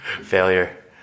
failure